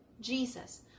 Jesus